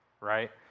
Right